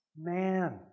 man